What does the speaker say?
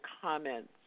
comments